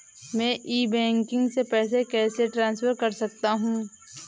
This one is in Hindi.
मैं ई बैंकिंग से पैसे कैसे ट्रांसफर कर सकता हूं?